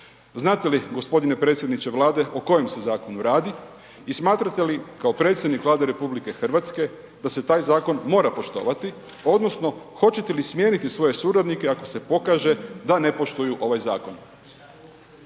Znate li g. predsjedniče Vlade o kojem se zakonu radi i smatrate li kao predsjednik Vlade RH da se taj zakon mora poštovati odnosno hoćete li smijeniti svoje suradnike ako se pokaže da ne poštuju ovaj zakon?